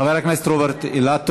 חבר הכנסת אילטוב,